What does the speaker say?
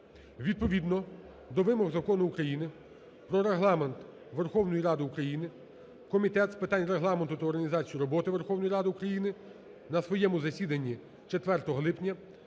Відповідно до вимог Закону України "Про Регламент Верховної Ради України" Комітет з питань Регламенту та організації роботи Верховної Ради України на своєму засіданні 05 липня